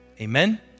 amen